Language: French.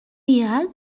iras